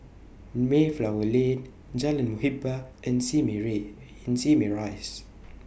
Mayflower Lane Jalan Muhibbah and Simei Ray and Simei Rise